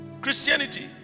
christianity